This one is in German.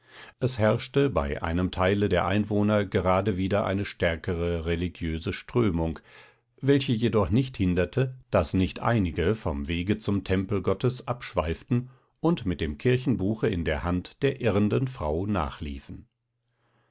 es herrschte bei einem teile der einwohner gerade wieder eine stärkere religiöse strömung welche jedoch nicht hinderte daß nicht einige vom wege zum tempel gottes abschweiften und mit dem kirchenbuche in der hand der irrenden frau nachliefen